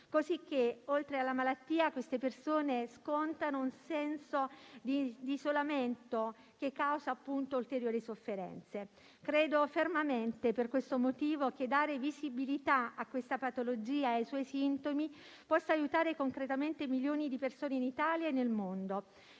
dolore. Oltre alla malattia, queste persone scontano un senso di isolamento, che causa ulteriori sofferenze. Per questo motivo, credo fermamente che dare visibilità a questa patologia e ai suoi sintomi possa aiutare concretamente milioni di persone in Italia e nel mondo.